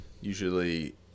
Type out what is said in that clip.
usually